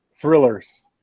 thrillers